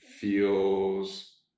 feels